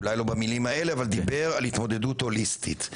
אולי לא במילים האלה, על התמודדות הוליסטית.